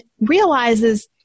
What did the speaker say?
realizes